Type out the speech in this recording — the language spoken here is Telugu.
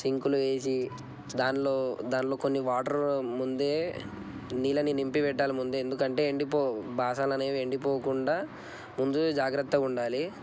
సింక్లో వేసి దానిలో దానిలో కొన్ని వాటర్ ముందే నీళ్ళని నింపి పట్టి పెట్టాలి ఎందుకంటే ఎండిపోవు బాసనలు అనేవి ఎండిపోకుండా ముందు జాగ్రత్తగా ఉండాలి